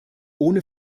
ohne